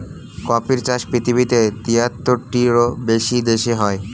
কফির চাষ পৃথিবীতে তিয়াত্তরটিরও বেশি দেশে হয়